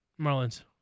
Marlins